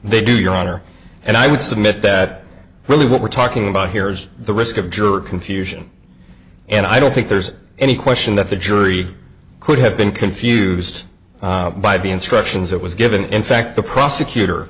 they do your honor and i would submit that really what we're talking about here is the risk of juror confusion and i don't think there's any question that the jury could have been confused by the instructions it was given in fact the prosecutor